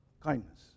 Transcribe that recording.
Kindness